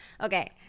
Okay